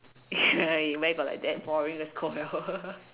ya where got like that probably will score well